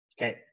Okay